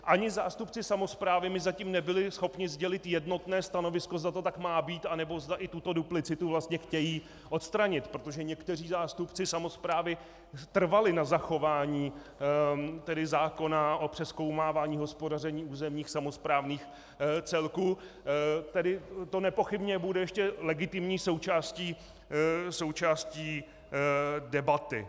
Ani zástupci samosprávy mi zatím nebyli schopni sdělit jednotné stanovisko, zda to tak má být, anebo zda i tuto duplicitu chtějí odstranit, protože někteří zástupci samosprávy trvali na zachování zákona o přezkoumávání hospodaření územních samosprávných celků, tedy to nepochybně bude ještě legitimní součástí debaty.